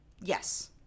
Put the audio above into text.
yes